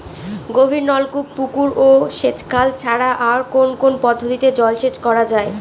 গভীরনলকূপ পুকুর ও সেচখাল ছাড়া আর কোন কোন পদ্ধতিতে জলসেচ করা যায়?